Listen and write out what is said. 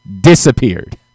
disappeared